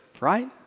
Right